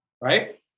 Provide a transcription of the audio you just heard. Right